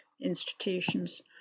institutions